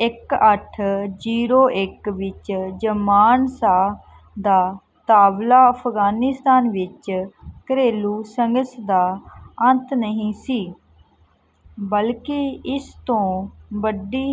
ਇੱਕ ਅੱਠ ਜ਼ੀਰੋ ਇੱਕ ਵਿੱਚ ਜ਼ਮਾਨ ਸ਼ਾਹ ਦਾ ਤਬਾਦਲਾ ਅਫ਼ਗ਼ਾਨਿਸਤਾਨ ਵਿੱਚ ਘਰੇਲੂ ਸੰਘਰਸ਼ ਦਾ ਅੰਤ ਨਹੀਂ ਸੀ ਬਲਕਿ ਇਸ ਤੋਂ ਵੱਡੀ